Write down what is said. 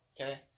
Okay